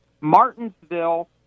Martinsville